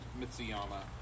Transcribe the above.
Mitsuyama